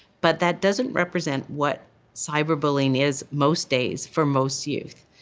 but that doesn't represent what cyberbullying is most days for most youth.